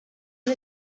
one